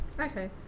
Okay